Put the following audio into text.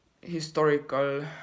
historical